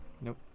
Nope